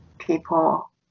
people